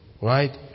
Right